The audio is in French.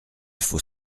faut